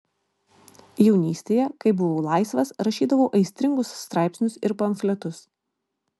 jaunystėje kai buvau laisvas rašydavau aistringus straipsnius ir pamfletus